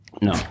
No